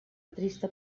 trista